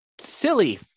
silly